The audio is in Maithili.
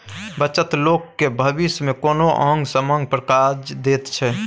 बचत लोक केँ भबिस मे कोनो आंग समांग पर काज दैत छै